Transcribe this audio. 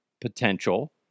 potential